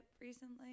recently